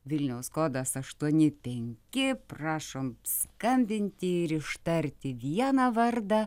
vilniaus kodas aštuoni penki prašom skambinti ir ištarti vieną vardą